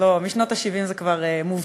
משנות ה-70 זה כבר מובטח.